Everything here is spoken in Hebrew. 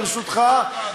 ברשותך,